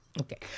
Okay